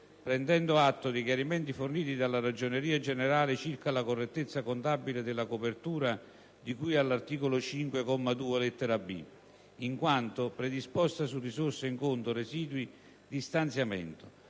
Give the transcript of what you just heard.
prendendo atto dei chiarimenti forniti dalla Ragioneria generale circa la correttezza contabile della copertura di cui all'articolo 5, comma 2, lettera *b)*, in quanto predisposta su risorse in conto residui di stanziamento,